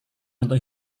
untuk